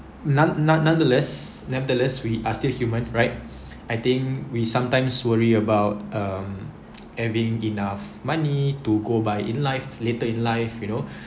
none none nonetheless nevertheless we are still human right I think we sometimes worry about um having enough money to go by in life later in life you know